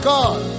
God